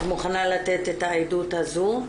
את מוכנה לתת את העדות הזו.